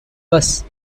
bus